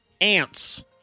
ants